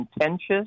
contentious